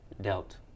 dealt